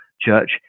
church